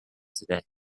today